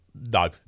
No